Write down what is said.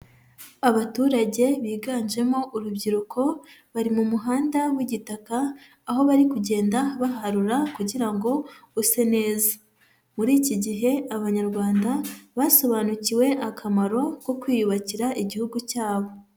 Abaturage biganjemo urubyiruko, bari mu muhanda w'igitaka, aho bari kugenda baharura kugira ngo use neza. Muri iki gihe Abanyarwanda basobanukiwe akamaro ko kwiyubakira Igihugu cyabo.